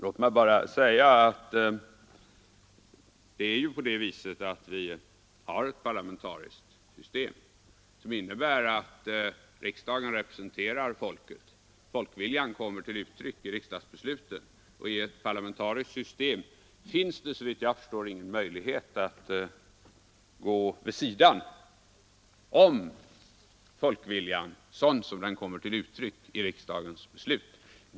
Vi har ju ett parlamentariskt system, som innebär att riksdagen representerar folket. Folkviljan kommer till uttryck i riksdagsbesluten. I ett parlamentariskt system finns det såvitt jag förstår ingen möjlighet att gå vid sidan om folkviljan sådan den kommer till uttryck i riksdagens beslut.